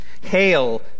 Hail